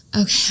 okay